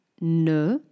Ne